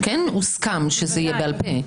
כן הוסכם שזה יהיה בעל פה?